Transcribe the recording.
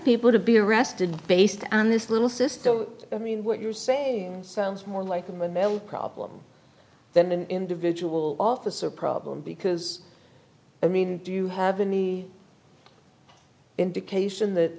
people to be arrested based on this little system i mean what you're saying sounds more like a male problem than an individual officer problem because i mean do you have any indication that